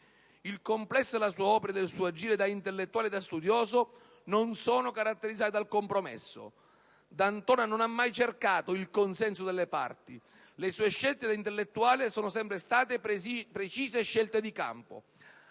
Il complesso della sua opera e del suo agire, da intellettuale e da studioso, non è caratterizzato dal compromesso. D'Antona non ha mai cercato il consenso delle parti. Le sue scelte da intellettuale sono sempre state precise scelte di campo.